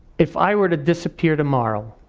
if i were to disappear tomorrow,